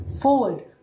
forward